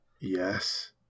Yes